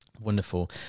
Wonderful